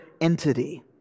entity